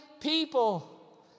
people